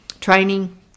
training